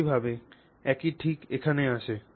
একইভাবে এটি ঠিক এখানে আছে